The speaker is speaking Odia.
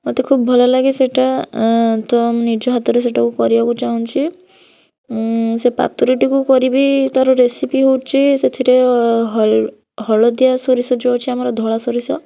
ମୋତେ ଖୁବ ଭଲ ଲାଗେ ସେଇଟା ତ ନିଜ ହାତରେ ସେଇଟା କରିବାକୁ ଚାହୁଁଛି ସେ ପାତୁରିଟିକୁ କରିବି ତାର ରେସିପି ହେଉଛି ସେଥିର ହଳ ହଳଦିଆ ସୋରିଷ ଯେଉଁ ଅଛି ଆମର ଧଳା ସୋରିଷ